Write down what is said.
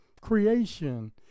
creation